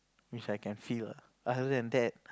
which I can feel other than that